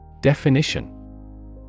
Definition